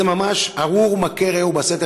זה ממש "ארור מכה רעהו בסתר".